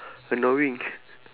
annoying